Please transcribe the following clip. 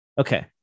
Okay